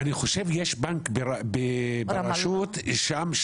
אני חושב שיש בנק ברשות שם,